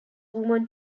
woman